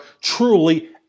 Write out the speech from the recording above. truly